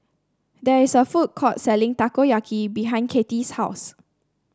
there is a food court selling Takoyaki behind Kattie's house